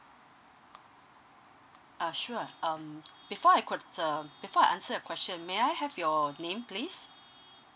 uh sure um before I could um before I answer your question may I have your name please